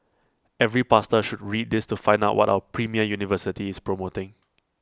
every pastor should read this to find out what our premier university is promoting